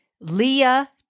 Leah